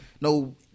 no